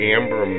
Amber